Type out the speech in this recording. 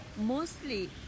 Mostly